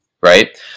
right